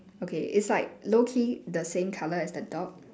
okay it's like low key the same colour as the dog